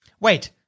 Wait